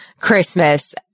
Christmas